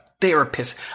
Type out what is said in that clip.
therapist